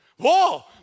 whoa